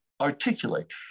articulate